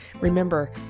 Remember